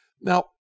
Now